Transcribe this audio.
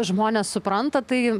žmonės supranta tai